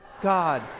God